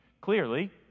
clearly